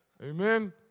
Amen